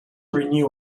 renew